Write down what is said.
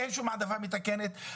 אין שום העדפה מתקנת.